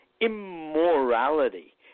immorality